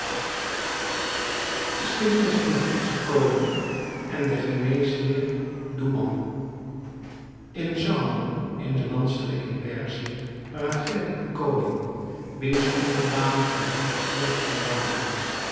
geschiedenis van den griekschen koning en den geneesheer douban in zouman eene landstreek in perzië regeerde een koning wiens onderdanen van griekschen oorsprong waren